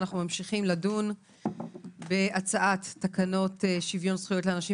אנחנו ממשיכים לדון בהצעת תקנות שוויון זכויות לאנשים